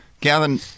Gavin